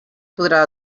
podrà